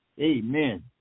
Amen